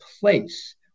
place